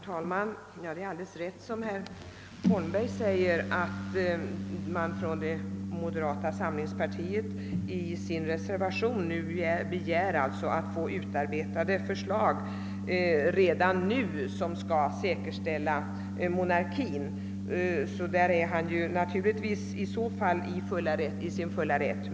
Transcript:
Herr talman! Det är alldeles riktigt som herr Holmberg säger att moderata samlingspartiet i sin reservation begär att få utarbetade förslag redan nu för att säkerställa monarkin. Där är han naturligtvis i sin fulla rätt.